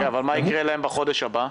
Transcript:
כן, אבל מה יקרה להם בחודש הבא?